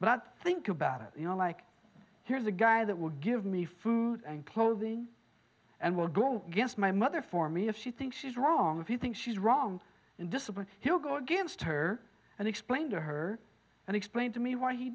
but think about it you know like here's a guy that will give me food and clothing and will go against my mother for me if she thinks she's wrong if you think she's wrong and discipline he'll go against her and explain to her and explain to me why he